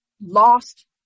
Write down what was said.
lost